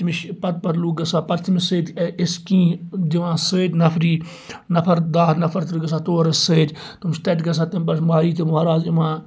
تٔمِس چھُ پَتہٕ پَتہٕ لُکھ گَژھان پَتہٕ چھُ تٔمِس سۭتۍ أسۍ کیٚنٛہہ دِوان سۭتۍ نَفَری نَفَر دَہ نَفَر ترٕہ گَژھان تور حظ سۭتۍ تم چھ تَتہِ گَژھان تمہِ پَتہٕ چھِ مَہرٮ۪ن تہٕ مَہراز یِوان